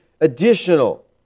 additional